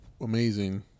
amazing